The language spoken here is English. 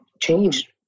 change